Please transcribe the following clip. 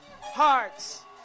hearts